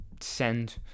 send